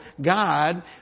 God